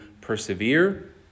persevere